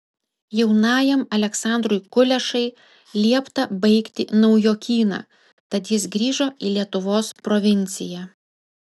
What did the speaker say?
jaunajam aleksandrui kulešai liepta baigti naujokyną tad jis grįžo į lietuvos provinciją